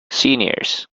seniors